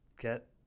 Get